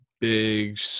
Big